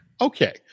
Okay